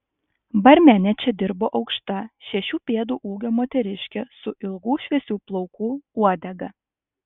barmene čia dirbo aukšta šešių pėdų ūgio moteriškė su ilgų šviesių plaukų uodega